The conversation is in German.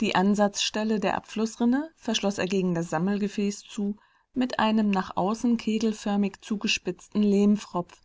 die ansatzstelle der abflußrinne verschloß er gegen das sammelgefäß zu mit einem nach außen kegelförmig zugespitzten